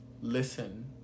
listen